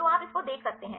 तो आप इस को देख सकते हैं